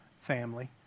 family